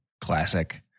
Classic